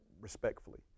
respectfully